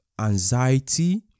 anxiety